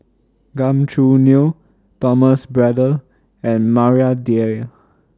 Gan Choo Neo Thomas Braddell and Maria Dyer